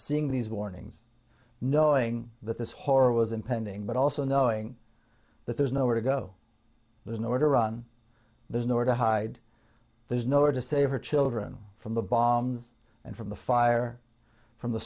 seeing these warnings knowing that this horror was impending but also knowing that there's nowhere to go there's nowhere to run there's nowhere to hide there's no order to save her children from the bombs and from the fire from the